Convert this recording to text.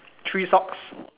three socks